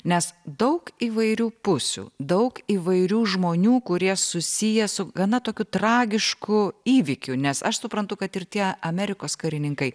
nes daug įvairių pusių daug įvairių žmonių kurie susiję su gana tokiu tragišku įvykiu nes aš suprantu kad ir tie amerikos karininkai